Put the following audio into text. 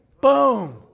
Boom